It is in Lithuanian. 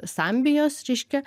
sambijos reiškia